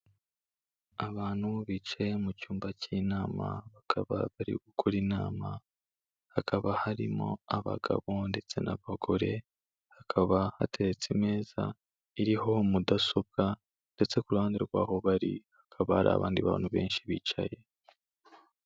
Abantu bicaye mu cyumba cy'inama bakaba bari gukora inama, hakaba harimo abagabo ndetse n'abagore, hakaba hateretse ameza, iriho mudasobwa ndetse ku ruhande aho bari, hakaba hari abandi bantu benshi bicaye.